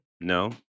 no